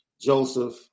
Joseph